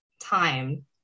time